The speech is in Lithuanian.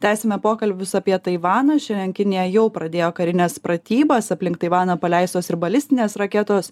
tęsiame pokalbius apie taivaną šiandien kinija jau pradėjo karines pratybas aplink taivaną paleistos ir balistinės raketos